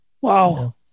Wow